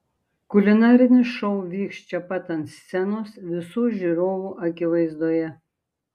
kulinarinis šou vyks čia pat ant scenos visų žiūrovų akivaizdoje